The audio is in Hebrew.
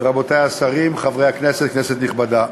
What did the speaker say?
רבותי השרים, חברי הכנסת, כנסת נכבדה,